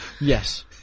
yes